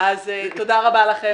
רבה לכם.